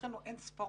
אז לא הייתי סגן